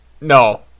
No